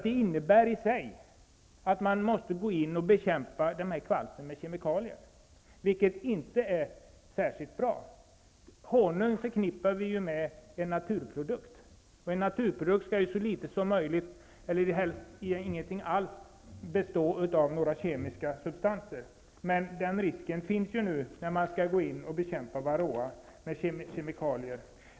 Det innebär i sig att man måste gå in och bekämpa kvalstret med kemikalier, vilket inte är särskilt bra. Honung förknippar vi med naturprodukter, och en naturprodukt skall helst inte innehålla några kemiska substanser. Den risken finns nu, när varroa skall bekämpas med kemikalier.